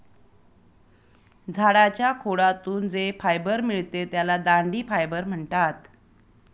झाडाच्या खोडातून जे फायबर मिळते त्याला दांडी फायबर म्हणतात